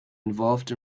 involved